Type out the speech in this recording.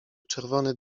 czerwony